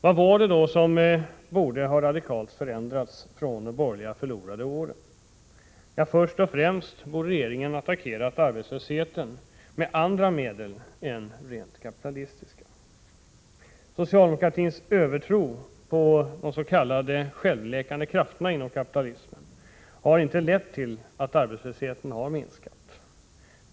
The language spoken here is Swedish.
Vad är det då som borde ha radikalt förändrats från de borgerliga ”förlorade åren”? Ja, först och främst borde regeringen ha attackerat arbetslösheten med andra medel än rent kapitalistiska. Socialdemokratins övertro på kapitalismens s.k. självläkande krafter har inte lett till att arbetslösheten minskat.